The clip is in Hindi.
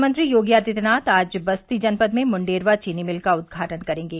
मुख्यमंत्री योगी आदित्यनाथ आज बस्ती जनपद में मुण्डेरवा चीनी मिल का उद्घाटन करेंगे